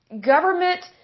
government